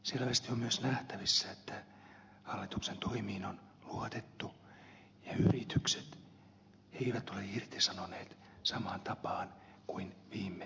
selvästi on myös nähtävissä että hallituksen toimiin on luotettu ja yritykset eivät ole irtisanoneet samaan tapaan kuin viime lamassa